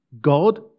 God